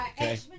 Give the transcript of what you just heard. okay